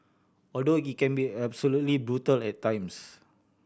although it can be absolutely brutal at times